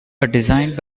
designed